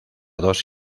dos